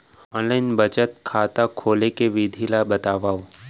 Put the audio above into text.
Online बचत खाता खोले के विधि ला बतावव?